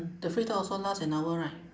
the free talk also lasts an hour right